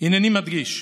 הינני מדגיש: